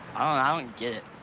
i don't get it.